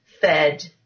fed